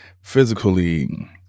physically